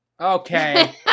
Okay